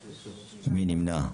7. מי נמנע?